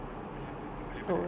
O O level